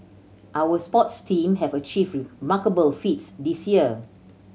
our sports team have achieved remarkable feats this year